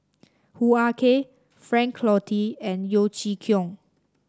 Hoo Ah Kay Frank Cloutier and Yeo Chee Kiong